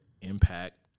impact